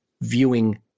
viewing